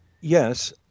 yes